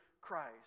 Christ